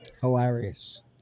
hilarious